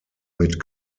mit